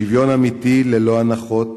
שוויון אמיתי ללא הנחות,